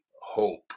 hope